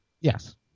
Yes